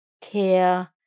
care